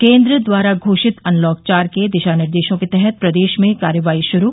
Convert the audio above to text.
केन्द्र द्वारा घोषित अनलॉक चार के दिशा निर्देशों के तहत प्रदेश में कार्यवाही शुरू